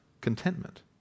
contentment